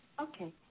Okay